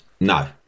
No